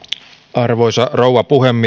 arvoisa rouva puhemies